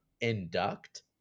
induct